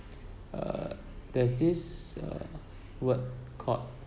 uh there's this uh word called